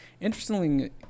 interestingly